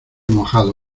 mojado